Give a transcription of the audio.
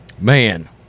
Man